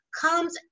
comes